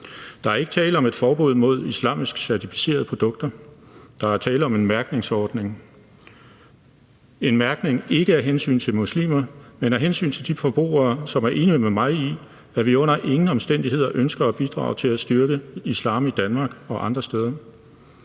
Der er ikke tale om et forbud mod islamisk certificerede produkter, men der er tale om en mærkningsordning, en mærkning ikke af hensyn til muslimer, men af hensyn til de forbrugere, som er enige med mig i, at vi under ingen omstændigheder ønsker at bidrage til at styrke islam i Danmark og andre steder,